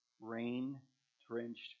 rain-drenched